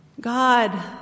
God